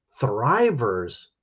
Thrivers